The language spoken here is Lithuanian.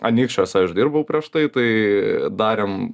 anykščiuose aš dirbau prieš tai tai darėm